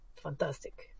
Fantastic